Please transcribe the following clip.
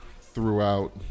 throughout